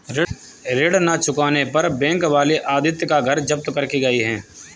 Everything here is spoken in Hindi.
ऋण ना चुकाने पर बैंक वाले आदित्य का घर जब्त करके गए हैं